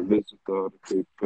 visito kaip